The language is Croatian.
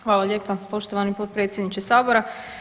Hvala lijepa poštovani potpredsjedniče Sabora.